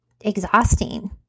exhausting